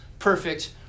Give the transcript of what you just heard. Perfect